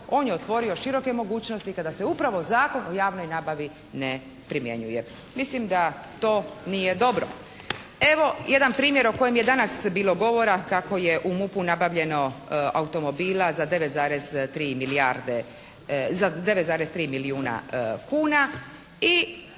on je otvorio široke mogućnosti kada se upravo Zakon o javnoj nabavi ne primjenjuje. Mislim da to nije dobro. Evo, jedan primjer o kojem je danas bilo govora kako je u MUP-u nabavljeno automobila za 9,3 milijuna kuna